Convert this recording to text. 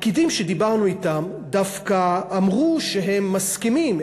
הפקידים שדיברנו אתם דווקא אמרו שהם מסכימים,